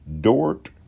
Dort